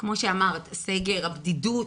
כמו שאמרת, הסגר, הבדידות,